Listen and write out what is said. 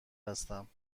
هستم